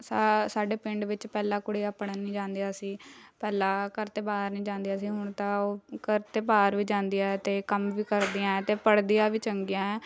ਸਾ ਸਾਡੇ ਪਿੰਡ ਵਿੱਚ ਪਹਿਲਾਂ ਕੁੜੀਆਂ ਪੜ੍ਹਨ ਨਹੀਂ ਜਾਂਦੀਆਂ ਸੀ ਪਹਿਲਾਂ ਘਰ ਤੋਂ ਬਾਹਰ ਨਹੀਂ ਜਾਂਦੀਆ ਸੀ ਹੁਣ ਤਾਂ ਉਹ ਘਰ ਤੋਂ ਬਾਹਰ ਵੀ ਜਾਂਦੀਆਂ ਹੈ ਅਤੇ ਕੰਮ ਵੀ ਕਰਦੀਆਂ ਹੈ ਅਤੇ ਪੜ੍ਹਦੀਆਂ ਵੀ ਚੰਗੀਆਂ